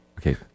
Okay